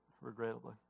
Regrettably